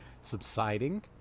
subsiding